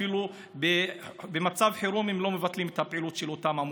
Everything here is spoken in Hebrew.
אפילו במצב חירום הם לא מבטלים את הפעילות של אותן עמותות,